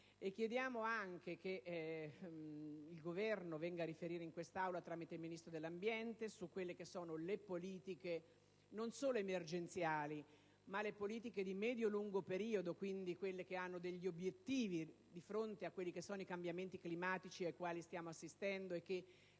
Chiediamo inoltre che il Governo venga a riferire in quest'Aula, tramite il Ministro dell'ambiente, sulle politiche non solo emergenziali ma di medio e lungo periodo - quindi quelle che hanno degli obiettivi di fronte ai cambiamenti climatici ai quali stiamo assistendo e che